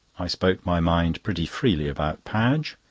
i spoke my mind pretty freely about padge.